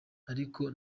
ariko